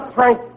Frank